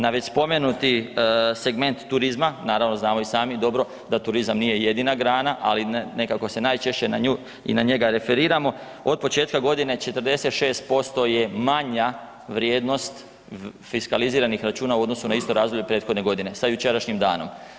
Na već spomenuti segment turizma, naravno znamo i sami dobro da turizam nije jedina grana, ali nekako se najčešće na nju i na njega referiramo od početka godine 46% je manja vrijednost fiskaliziranih računa u odnosu na isto razdoblje prethodne godine sa jučerašnjim danom.